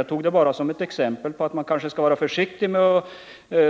Jag tog det bara såsom ett exempel på att man kanske skall vara försiktig med att